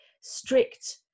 strict